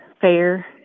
fair